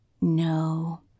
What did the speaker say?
No